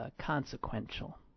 consequential